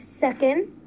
second